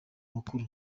makuru